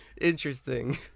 Interesting